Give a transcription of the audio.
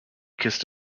kissed